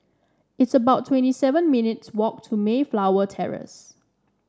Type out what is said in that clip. it's about twenty seven minutes' walk to Mayflower Terrace